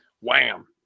wham